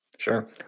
Sure